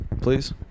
Please